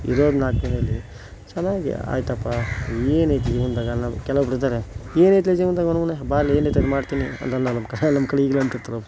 ಇರೋದು ನಾಲ್ಕು ದಿನದಲ್ಲಿ ಚೆನ್ನಾಗಿ ಆಯಿತಪ್ಪಾ ಏನು ಈ ಜೀವನದಾಗ ಅನ್ನೊದು ಕೆಲವೊಬ್ರಿದ್ದಾರೆ ಏನೈತಲೇ ಜೀವನದಾಗ ಬಾ ಲೇ ಏನು ಬೇಕಾದರೂ ಮಾಡ್ತೀನಿ ಅಂತ ಅನ್ನೋರು ನಮ್ಮ ಕಡೆ ಈಗಲೂ ಅಂತಿರ್ತಾರೆ